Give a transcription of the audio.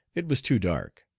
it was too dark.